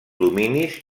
dominis